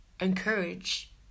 encourage